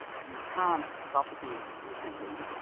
you can't topspin efficiently.